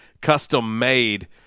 custom-made